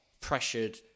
pressured